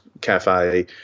cafe